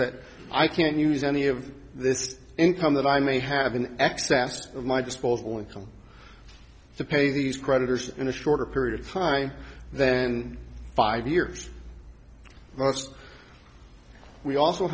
that i can use any of this income that i may have an excess of my disposable income to pay these creditors in a shorter period of time then five years we also